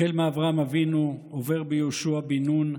החל באברהם אבינו, עובר ביהושע בן-נון,